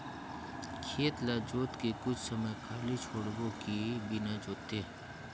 खेत ल जोत के कुछ समय खाली छोड़बो कि बिना जोते?